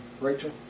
Rachel